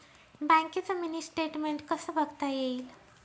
बँकेचं mini statement कसं बघता येईल?